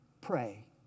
Pray